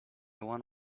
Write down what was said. one